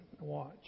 Watch